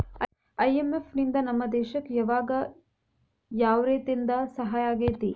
IMF ನಿಂದಾ ನಮ್ಮ ದೇಶಕ್ ಯಾವಗ ಯಾವ್ರೇತೇಂದಾ ಸಹಾಯಾಗೇತಿ?